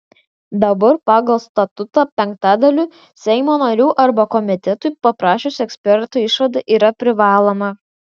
dabar pagal statutą penktadaliui seimo narių arba komitetui paprašius ekspertų išvada yra privaloma